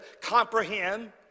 comprehend